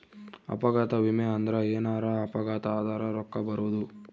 ಅಪಘಾತ ವಿಮೆ ಅಂದ್ರ ಎನಾರ ಅಪಘಾತ ಆದರ ರೂಕ್ಕ ಬರೋದು